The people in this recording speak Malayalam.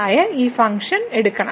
ആയ ഈ ഫംഗ്ഷൻ എടുക്കണം